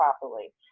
properly